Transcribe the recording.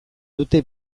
dute